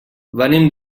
venim